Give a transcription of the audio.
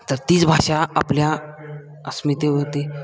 तर तीच भाषा आपल्या अस्मितेवरती